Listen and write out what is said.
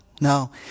No